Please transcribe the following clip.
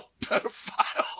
pedophile